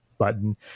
button